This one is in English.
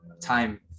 time